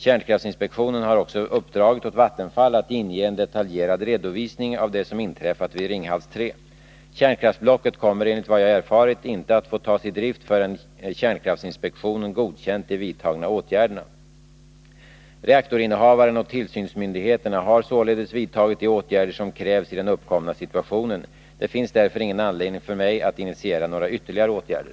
Kärnkraftinspektionen har också uppdragit åt Vattenfall att inge en detaljerad redovisning av det som inträffat vid Ringhals 3. Kärnkraftsblocket kommer enligt vad jag erfarit inte att få tas i drift förrän kärnkraftinspektionen godkänt de vidtagna åtgärderna. Reaktorinnehavaren och tillsynsmyndigheterna har således vidtagit de åtgärder som krävs i den uppkomna situationen. Det finns därför ingen anledning för mig att initiera några ytterligare åtgärder.